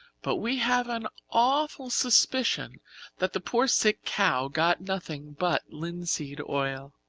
but we have an awful suspicion that the poor sick cow got nothing but linseed oil.